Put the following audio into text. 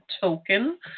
token